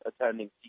attending